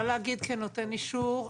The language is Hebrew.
אני יכולה להגיד כנותן אישור,